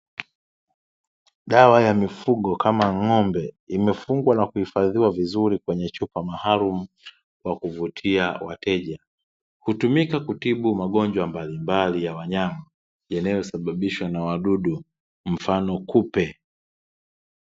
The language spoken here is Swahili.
Dawa ya mifugo kama ng'ombe imefungwa na kuhifadhiwa vizuri kwenye chupa maalumu, kwa kuvutia wateja. Hutumika kutibu magonjwa mbalimbali ya wanyama yanayosababishwa na wadudu, mfano kupe.